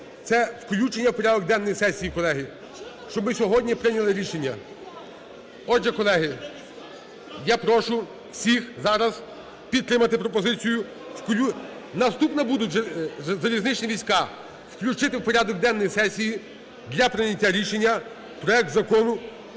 це включення в порядок денний сесії, колеги. Щоб ми сьогодні прийняли рішення. Отже, колеги, я прошу всіх зараз підтримати пропозицію включення… Наступними будуть залізничні війська. Включити в порядок денний сесії для прийняття рішення проект Закону